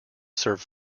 serve